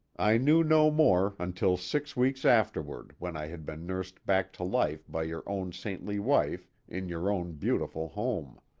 i knew no more until six weeks afterward, when i had been nursed back to life by your own saintly wife in your own beautiful home.